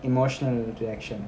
emotional reaction